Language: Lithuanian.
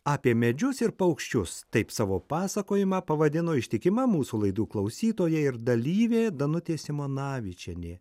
apie medžius ir paukščius taip savo pasakojimą pavadino ištikima mūsų laidų klausytoja ir dalyvė danutė simonavičienė